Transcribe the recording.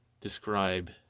describe